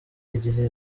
igihe